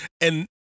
and-